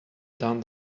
done